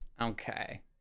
Okay